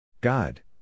God